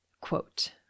Quote